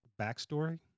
backstory